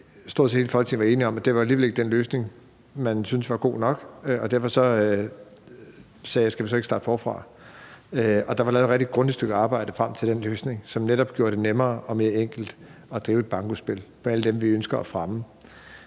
stort set hele Folketinget er så enige om, at det alligevel ikke var den løsning, man synes var god nok, og derfor sagde jeg: Skal vi så ikke starte forfra? Der var lavet et rigtig grundigt stykke arbejde frem mod den løsning, som netop gjorde det nemmere og mere enkelt at drive et bankospil for alle dem, hvis foreninger ønsker at fremme.